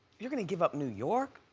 you're gonna give up new york?